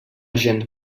gens